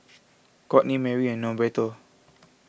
Kourtney Mary and Norberto